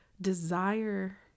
desire